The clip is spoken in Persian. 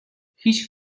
هیچ